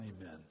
amen